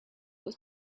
was